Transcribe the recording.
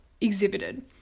exhibited